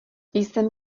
jsem